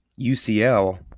UCL